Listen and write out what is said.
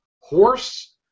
Horse